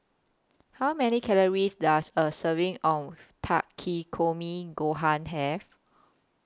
How Many Calories Does A Serving of Takikomi Gohan Have